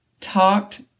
talked